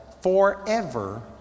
forever